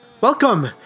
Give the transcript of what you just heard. Welcome